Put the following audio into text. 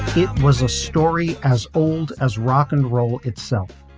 it was a story as old as rock and roll itself.